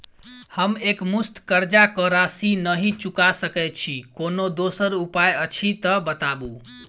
हम एकमुस्त कर्जा कऽ राशि नहि चुका सकय छी, कोनो दोसर उपाय अछि तऽ बताबु?